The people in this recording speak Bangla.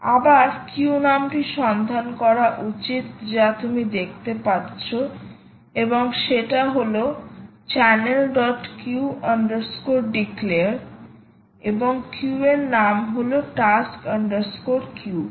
আবার কিউ নামটি সন্ধান করা উচিত যা তুমি দেখতে পাচ্ছো এবং সেটা হল চ্যানেলকিউ ডিক্লেয়ার channelqueue declare এবং কিউ এর নাম হল টাস্ক কিউ task queue